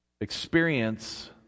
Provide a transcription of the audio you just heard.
experience